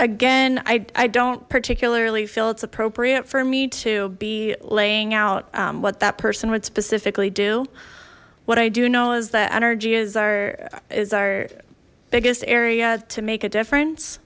again i don't particularly feel it's appropriate for me to be laying out what that person would specifically do what i do know is that energy is our is our biggest area to make a difference